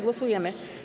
Głosujemy.